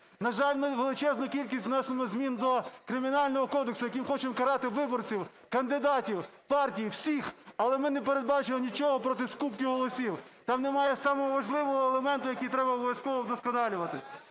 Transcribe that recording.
На жаль, величезну кількість внесено змін до Кримінального кодексу, яким хочемо карати виборців, кандидатів, партії, всіх, але ми не передбачили нічого проти скупки голосів. Там немає самого важливого елементу, який треба обов'язково вдосконалювати.